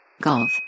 Golf